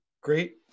great